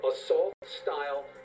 assault-style